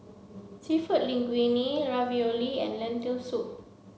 Seafood Linguine Ravioli and Lentil soup